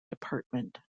department